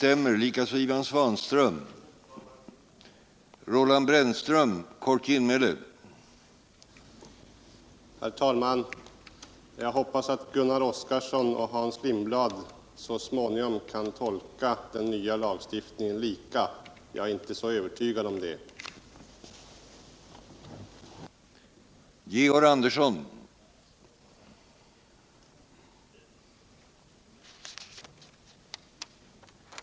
Herr talman! Jag hoppas att Gunnar Oskarson och Hans Lindblad så småningom kan tolka lagstiftningen på samma sätt. Men jag är inte så övertygad om att de kommer att kunna göra det.